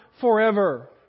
forever